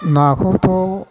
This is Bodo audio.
नाखौथ'